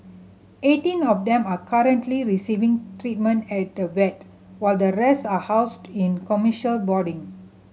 eighteen of them are currently receiving treatment at the vet while the rest are housed in commercial boarding